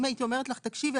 אם הייתי אומרת לך תקשיבי,